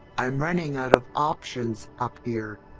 i'm running out of options up here.